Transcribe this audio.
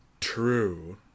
True